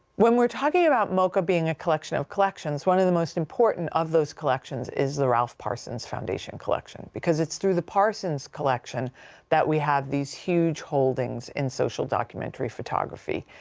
when we're talking about moca being a collection of collections, one of the most important of those collections is the ralph parsons foundation collection because it's through the parsons collection that we have these huge holdings in social documentary photography.